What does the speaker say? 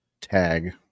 tag